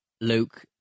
Luke